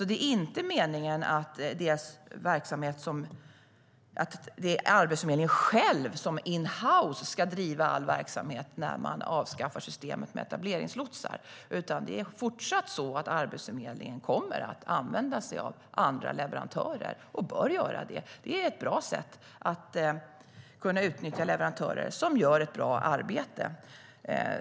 Det är alltså inte meningen att Arbetsförmedlingen själv som in-house ska driva all verksamhet när man avskaffar systemet med etableringslotsar. Arbetsförmedlingen kommer fortsatt att använda sig av andra leverantörer, och det bör de också göra. Det är ett bra sätt att kunna utnyttja leverantörer som gör ett bra arbete.